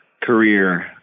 career